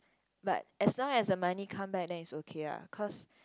but as long as the money come back then its okay lah cause